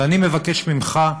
אז אני מבקש ממך,